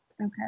Okay